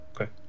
Okay